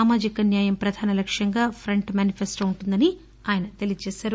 సామాజికన్యాయం పధాన లక్ష్యంగా front manifesto ఉంటుందని ఆయన తెలిపారు